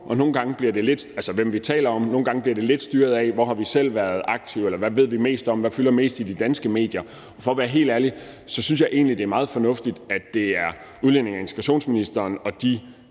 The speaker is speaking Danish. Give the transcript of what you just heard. nogle gange bliver det lidt styret af, hvor vi selv har været aktive, eller hvad vi ved mest om, hvad der fylder mest i de danske medier. For at være helt ærlig synes jeg egentlig, at det er meget fornuftigt, at det er udlændinge- og integrationsministeren